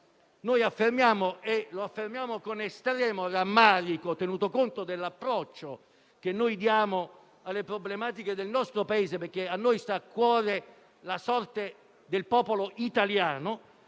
Quello che noi affermiamo con estremo rammarico, tenuto conto dell'approccio che diamo alle problematiche del nostro Paese - a noi sta a cuore la sorte del popolo italiano